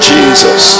Jesus